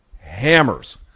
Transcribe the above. hammers